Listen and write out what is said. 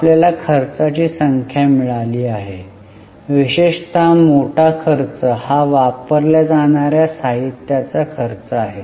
आपल्याला खर्चाची संख्या मिळाली आहे विशेषतः मोठा खर्च हा वापरल्या जाणार्या साहित्याचा खर्च आहे